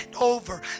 over